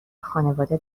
خانواده